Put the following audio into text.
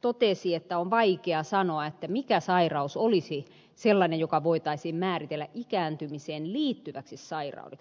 totesi että on vaikea sanoa mikä sairaus olisi sellainen joka voitaisiin määritellä ikääntymiseen liittyväksi sairaudeksi